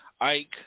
Ike